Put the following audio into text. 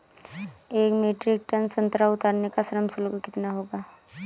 एक metric ton संतरा उतारने का श्रम शुल्क कितना होगा?